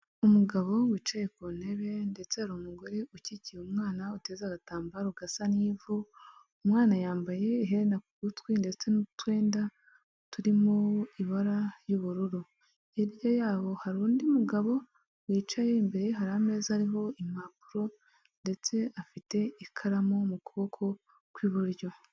Umugabo wicaye ku ntebe ndetse hari umugore ukikiye umwana uteza agatambaro gasa n'ivu, umwana yambaye iherena ku gutwi ndetse n'utwenda turimo ibara ry'ubururu, hirya yabo hari undi mugabo wicaye, imbere ye hari ameza ariho impapuro ndetse afite ikaramu mu kuboko kw'iburyo.